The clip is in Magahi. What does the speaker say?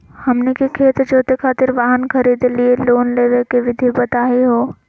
हमनी के खेत जोते खातीर वाहन खरीदे लिये लोन लेवे के विधि बताही हो?